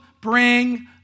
bring